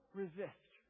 resist